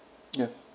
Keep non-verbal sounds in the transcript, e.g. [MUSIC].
[NOISE] ya